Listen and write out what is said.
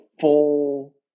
full